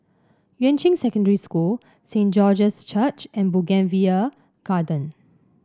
Yuan Ching Secondary School Saint George's Church and Bougainvillea Garden